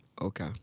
okay